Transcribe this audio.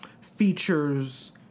features